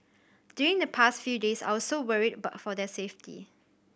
during the past few days I was so worried about for their safety